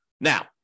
Now